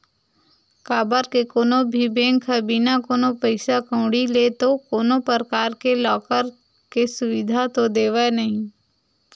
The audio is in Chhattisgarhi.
काबर के कोनो भी बेंक ह बिना कोनो पइसा कउड़ी ले तो कोनो परकार ले लॉकर के सुबिधा तो देवय नइ